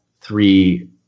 three